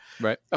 right